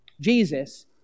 Jesus